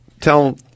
tell